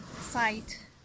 site